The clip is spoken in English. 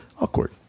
awkward